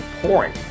pouring